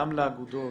גם לאגודות,